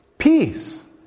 Peace